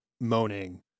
moaning